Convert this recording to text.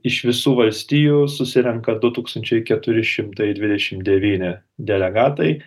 iš visų valstijų susirenka du tūkstančiai keturi šimtai dvidešimt devyni delegatai